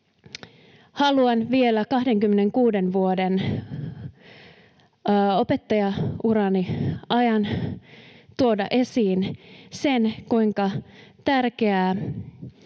Haluan vielä 26 vuoden opettajaurani ajalta tuoda esiin, kuinka tärkeää